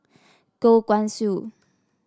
Goh Guan Siew